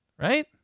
right